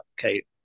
okay